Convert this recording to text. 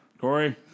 Corey